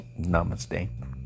Namaste